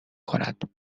کند